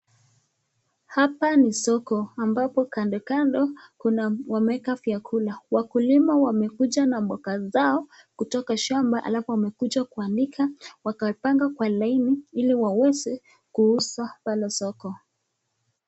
Hapa ni soko ambapo kandokando kuna wameeka vyakula. Wakulima wamekuja na mboga zao kutoka shamba halafu wamekuja kuanika wakapanga kwa laini ili waweze kuuza pale soko.